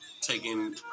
taking